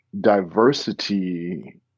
diversity